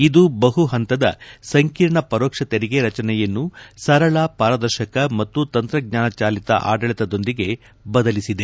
ಇದು ಬಹು ಹಂತದ ಸಂಕೀರ್ಣ ಪರೋಕ್ಷ ತೆರಿಗೆ ರಚನೆಯನ್ನು ಸರಳ ಪಾರದರ್ಶಕ ಮತ್ತು ತಂತ್ರಜ್ಞಾನ ಚಾಲಿತ ಆಡಳಿತದೊಂದಿಗೆ ಬದಲಿಸಿದೆ